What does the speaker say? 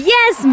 Yes